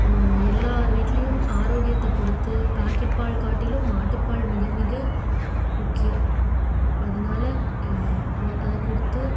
எல்லார் வீட்லேயும் ஆரோக்கியத்தை கொடுத்து பாக்கெட் பால் காட்டிலும் மாட்டுப்பால் மிகமிக முக்கியம் அதனால அவ அது கொடுத்து